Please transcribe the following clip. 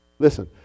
Listen